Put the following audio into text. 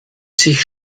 sich